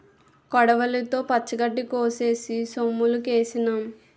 కొడవలితో పచ్చగడ్డి కోసేసి సొమ్ములుకేసినాం